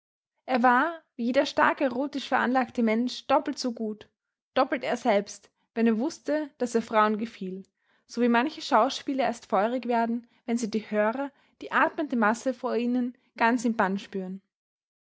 er war wie jeder stark erotisch veranlagte mensch doppelt so gut doppelt er selbst wenn er wußte daß er frauen gefiel so wie manche schauspieler erst feurig werden wenn sie die hörer die atmende masse vor ihnen ganz im bann spüren